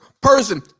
person